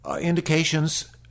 indications